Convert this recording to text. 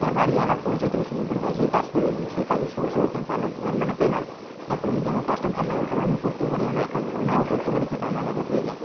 তার বাড়ি আলাপ পরিচয় থেকে শুরু করে তাদের সাথে কাজ করে এবং সেই কাজের সোর্স হয়তো আমি মানে পেলাম তার পরে যদি আমার কাজটা ভাল লাগল তার পরে আমি করতেও পারি আবার না কারো নাও করতে পারি সেটা আমার ব্যাপার হয়ে যায়